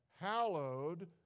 hallowed